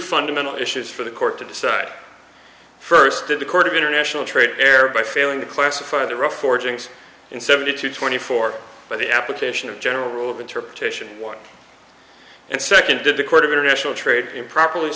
fundamental issues for the court to decide first in the court of international trade err by failing to classify the rough origins in seventy two twenty four by the application of general rule of interpretation one and second did the court of international trade improperly